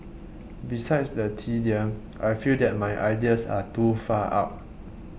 besides the tedium I feel that my ideas are too far out